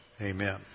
Amen